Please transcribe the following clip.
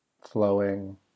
flowing